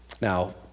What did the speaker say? Now